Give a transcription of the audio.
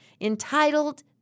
entitled